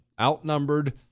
outnumbered